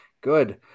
good